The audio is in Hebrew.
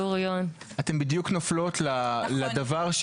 אתן בדיוק נופלות לדבר,